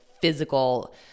physical